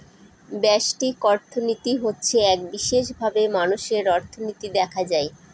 ব্যষ্টিক অর্থনীতি হচ্ছে এক বিশেষভাবে মানুষের অর্থনীতি দেখা হয়